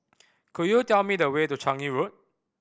could you tell me the way to Changi Road